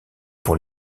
pour